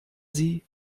sie